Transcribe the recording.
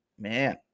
man